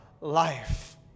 life